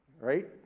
right